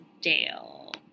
Dale